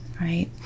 right